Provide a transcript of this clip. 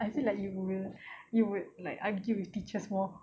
I feel like you will you would like argue with teachers more